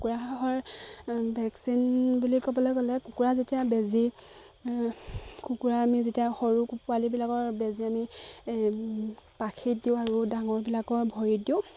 কুকুৰা হাঁহৰ ভেকচিন বুলি ক'বলৈ গ'লে কুকুৰা যেতিয়া বেজী কুকুৰা আমি যেতিয়া সৰু পোৱালিবিলাকৰ বেজি আমি পাখিত দিওঁ আৰু ডাঙৰবিলাকৰ ভৰিত দিওঁ